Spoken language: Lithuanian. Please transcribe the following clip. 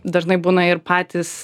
dažnai būna ir patys